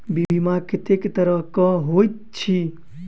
बीमा कत्तेक तरह कऽ होइत छी?